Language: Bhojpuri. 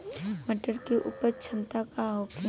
मटर के उपज क्षमता का होखे?